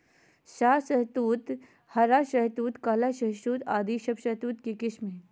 लाल शहतूत, हरा शहतूत, काला शहतूत आदि सब शहतूत के किस्म हय